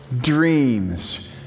dreams